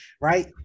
right